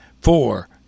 four